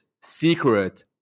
secret